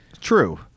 True